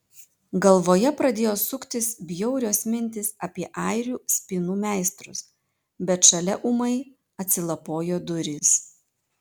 galvoje pradėjo suktis bjaurios mintys apie airių spynų meistrus bet šalia ūmai atsilapojo durys